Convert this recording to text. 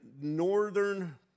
northern